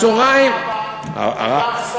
בצהריים, וגם אבא.